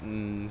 mm